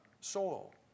soil